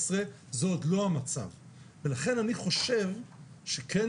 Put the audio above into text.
זאת אומרת, למוחורת הוא כבר כן